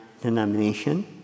denomination